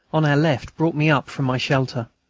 on our left brought me up from my shelter.